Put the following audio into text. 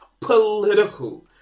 political